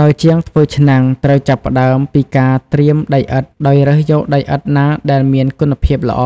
ដោយជាងធ្វើឆ្នាំងត្រូវចាប់ផ្ដើមពី ការត្រៀមដីឥដ្ឋ ដោយរើសយកដីឥដ្ឋណាដែលមានគុណភាពល្អ